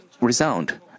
resound